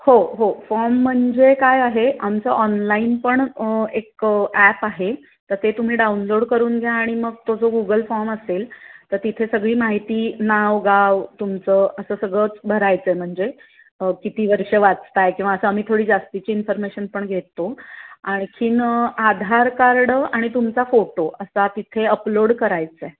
हो हो फॉर्म म्हणजे काय आहे आमचं ऑनलाईन पण एक ॲप आहे तर ते तुम्ही डाउनलोड करून घ्या आणि मग तो जो गुगल फॉर्म असेल तर तिथे सगळी माहिती नाव गाव तुमचं असं सगळंच भरायचं आहे म्हणजे किती वर्ष वाचताय किंवा असं आम्ही थोडी जास्तीची इन्फॉर्मेशन पण घेतो आणखी आधार कार्ड आणि तुमचा फोटो असा तिथे अपलोड करायचा आहे